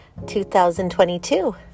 2022